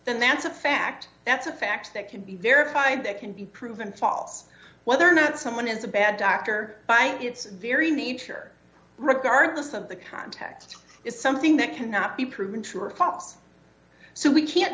then that's a fact that's a fact that can be verified that can be proven false whether or not someone is a bad doctor by its very nature regardless of the context is something that cannot be proven true or false so we can't